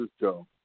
Joe